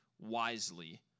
wisely